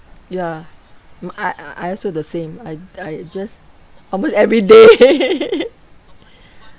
ya m~ I I also the same I I just almost everyday